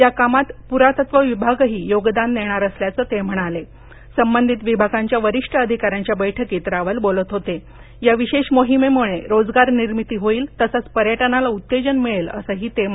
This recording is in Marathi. या कामात प्रातत्व विभागही योगदान देणार असल्याचं ते म्हणाले संबंधित विभागांच्या वरिष्ठ अधिकाऱ्यांच्या बैठकीत रावल बोलत होते या विशेष मोहिमेमुळे रोजगार निर्मिती होईल तसंच पर्यटनाला उत्तेजन मिळेल असंही ते म्हणाले